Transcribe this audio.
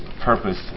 purpose